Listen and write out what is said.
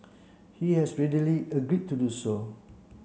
he has readily agreed to do so